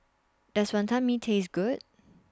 Does Wantan Mee Taste Good